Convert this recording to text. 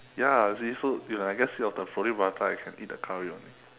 ya it's so you know I guess without the roti prata you can eat the curry only